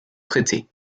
traité